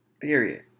Period